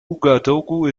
ouagadougou